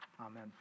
Amen